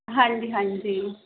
ਹਾਂਜੀ ਹਾਂਜੀ